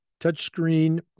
touchscreen